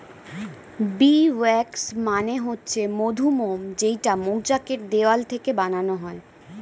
bee wax মানে হচ্ছে মধুমোম যেইটা মৌচাক এর দেওয়াল থেকে বানানো হয়